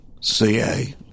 CA